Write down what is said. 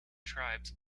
tribes